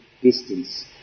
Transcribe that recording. distance